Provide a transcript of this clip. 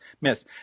miss